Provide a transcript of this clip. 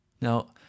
Now